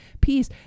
peace